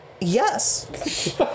Yes